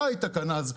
אתה היית כאן אז,